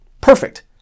Perfect